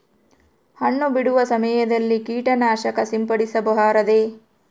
ಹಣ್ಣು ಬಿಡುವ ಸಮಯದಲ್ಲಿ ಕೇಟನಾಶಕ ಸಿಂಪಡಿಸಬಾರದೆ?